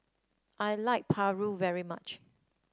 I like paru very much